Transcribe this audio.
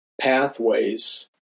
pathways